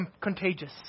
contagious